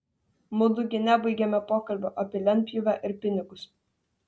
mudu gi nebaigėme pokalbio apie lentpjūvę ir pinigus